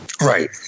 Right